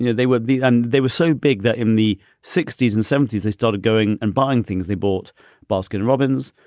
you know they were and they were so big that in the sixty s and seventy s they started going and buying things. they bought baskin robbins,